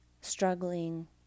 struggling